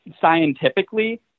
scientifically